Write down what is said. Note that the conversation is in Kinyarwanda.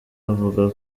avuga